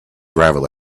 gravel